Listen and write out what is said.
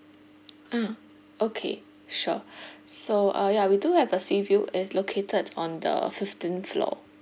ah okay sure so uh ya we do have a sea view is located on the fifteenth floor